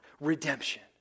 redemption